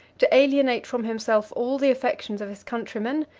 to alienate from himself all the affections of his countrymen,